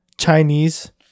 Chinese